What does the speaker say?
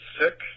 sick